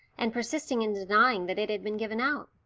and persisting in denying that it had been given out.